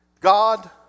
God